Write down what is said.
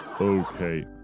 Okay